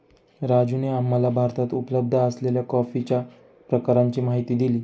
राजूने आम्हाला भारतात उपलब्ध असलेल्या कॉफीच्या प्रकारांची माहिती दिली